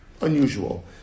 Unusual